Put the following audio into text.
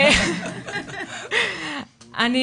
אני